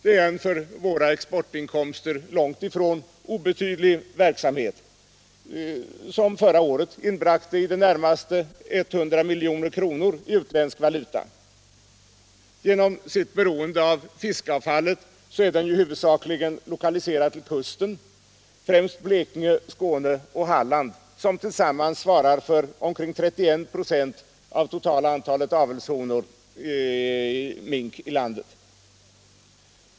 Det är en för våra exportinkomster långt ifrån betydelselös verksamhet, som förra året inbragte i det närmaste 100 milj.kr. i utländsk valuta. Genom sitt beroende av fiskavfall är den huvudsakligen lokaliserad till kusten, främst i Blekinge, Skåne och Halland, som tillsammans svarar för omkring 31 96 av hela antalet avelshonor av mink i landet.